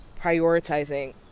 prioritizing